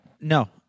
no